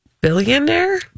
billionaire